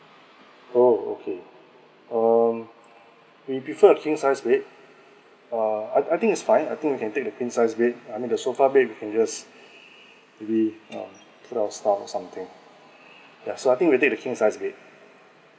oh okay um we prefer a king sized bed uh I I think it's fine I think we can take the queen size bed I mean the sofa bed we can just we um put our stuff or something yeah so I think we take the queen size bed